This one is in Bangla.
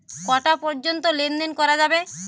কটা পর্যন্ত লেন দেন করা যাবে?